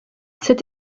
cette